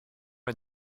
est